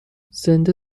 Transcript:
زنده